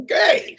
Okay